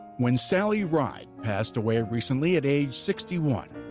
when sally ride passed away recently at age sixty one,